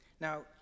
Now